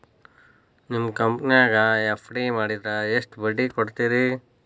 ನಿಮ್ಮ ಕಂಪನ್ಯಾಗ ಎಫ್.ಡಿ ಮಾಡಿದ್ರ ಎಷ್ಟು ಬಡ್ಡಿ ಕೊಡ್ತೇರಿ?